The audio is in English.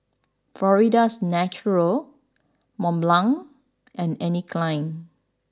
Florida's Natural Mont Blanc and Anne Klein